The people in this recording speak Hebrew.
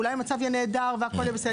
ואולי המצב יהיה נהדר והכול יהיה בסדר.